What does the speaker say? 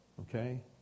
okay